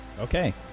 Okay